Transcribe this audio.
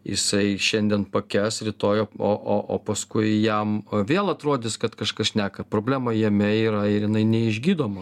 jisai šiandien pakęs rytoj o o o paskui jam vėl atrodys kad kažkas šneka problema jame yra ir jinai neišgydoma